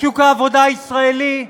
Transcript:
בשוק העבודה הישראלי,